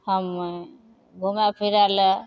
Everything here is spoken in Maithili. हम घुमै फिरै ले